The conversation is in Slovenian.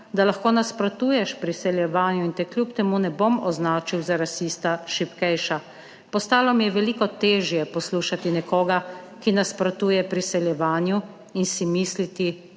da lahko nasprotuješ priseljevanju in te kljub temu ne bom označil za rasista, šibkejša. Postalo mi je veliko težje poslušati nekoga, ki nasprotuje priseljevanju, in si misliti,